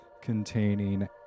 containing